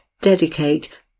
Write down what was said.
dedicate